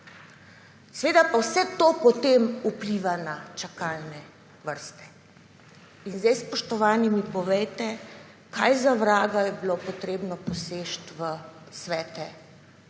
Seveda pa vse to potem vpliva na čakalne vrste. In sedaj, spoštovani, mi povejte, kaj za vraga je bilo potrebno poseči v svete zavodov.